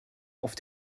auf